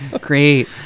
great